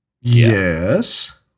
Yes